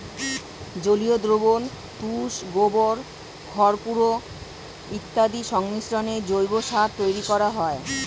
জলীয় দ্রবণ, তুষ, গোবর, খড়গুঁড়ো ইত্যাদির সংমিশ্রণে জৈব সার তৈরি করা হয়